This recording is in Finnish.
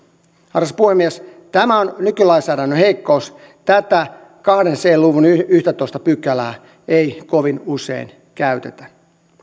arvoisa puhemies tämä on nykylainsäädännön heikkous tätä kaksi c luvun yhdettätoista pykälää ei kovin usein käytetä